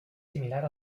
similar